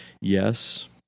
yes